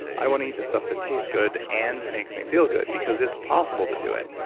i want to eat the stuff that tastes good and makes me feel good because it's possible to do it.